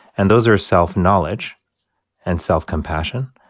and those are self-knowledge and self-compassion.